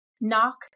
Knock